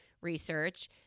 Research